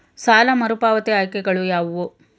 ಸಾಲ ಮರುಪಾವತಿ ಆಯ್ಕೆಗಳು ಯಾವುವು?